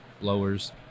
blowers